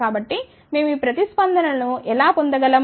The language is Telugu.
కాబట్టి మేము ఈ ప్రతిస్పందన లను ఎలా పొందగలం